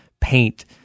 paint